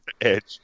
Edge